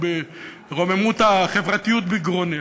רוממות החברתיות בגרונך.